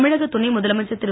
தமிழக துணை முதலமைச்சர் இரு